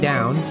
Down